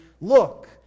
look